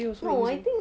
no I think